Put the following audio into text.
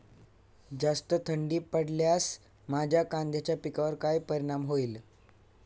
जास्त थंडी पडल्यास माझ्या कांद्याच्या पिकावर काय परिणाम होईल?